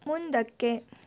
ಮುಂದಕ್ಕೆ